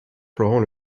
florent